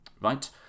right